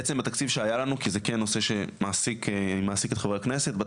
בעצם התקציב שהיה לנו כי זה כן נושא שמעסיק את חברי הכנסת,